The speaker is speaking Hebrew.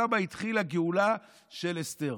שם התחילה הגאולה של אסתר,